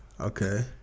okay